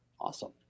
Awesome